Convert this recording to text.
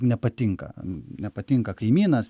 nepatinka nepatinka kaimynas